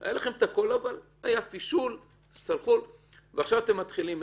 היה לכם את הכול אבל היה פישול ועכשיו אתם מתחילים.